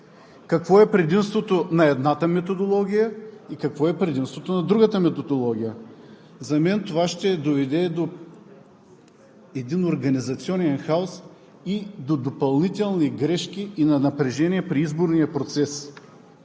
Какво е предимството на едната методология и какво е предимството на другата методология? За мен това ще доведе до организационен хаос и до допълнителни грешки и на напрежение при изборния процес.